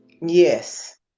yes